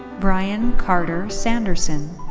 bryan carter sanderson.